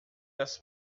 das